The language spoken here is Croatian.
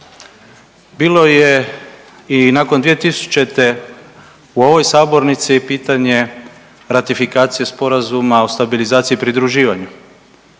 Bilo je i nakon 2000. u ovoj sabornici pitanje ratifikacije Sporazuma o stabilizaciji i pridruživanju